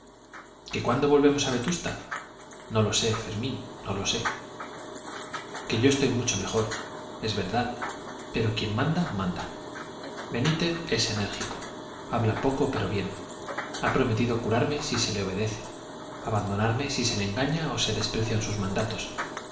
qué cuándo volvemos a vetusta no lo sé fermín no lo sé que yo estoy mucho mejor es verdad pero quien manda manda benítez es enérgico habla poco pero bien ha prometido curarme si se le obedece abandonarme si se le engaña o se desprecian sus mandatos